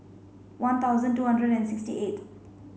one thousand two hundred and sixty eight